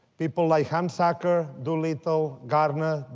people like hansacker, doolittle, gardner,